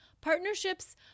Partnerships